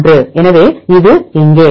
021 எனவே இது இங்கே